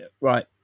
Right